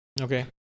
Okay